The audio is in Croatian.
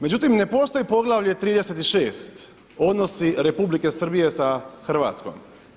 Međutim ne postoji poglavlje 36 odnosi Republike Srbije sa Hrvatskom.